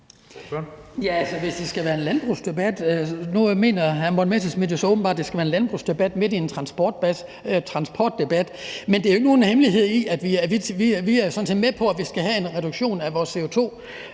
Hans Kristian Skibby (DD): Nu mener hr. Morten Messerschmidt så åbenbart, det skal være en landbrugsdebat her midt i en transportdebat. Men der er jo ikke nogen hemmelighed i, at vi sådan set er med på, at vi skal have lavet en reduktion af vores CO2,